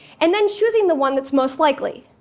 and then choosing the one that's most likely.